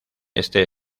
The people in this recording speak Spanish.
este